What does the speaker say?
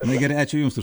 na gerai ačiū jums už